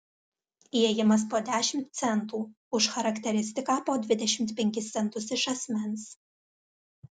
įėjimas po dešimt centų už charakteristiką po dvidešimt penkis centus iš asmens